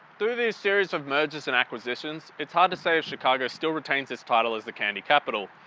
through these series of merges and acquisitions its hard to say if chicago still retains its title as the candy capital.